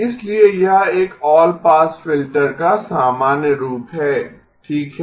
इसलिए यह एक ऑल पास फिल्टर का सामान्य रूप है ठीक है